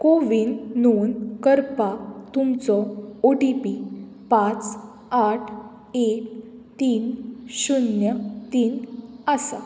कोवीन नोंद करपाक तुमचो ओ टी पी पांच आठ एक तीन शुन्य तीन आसा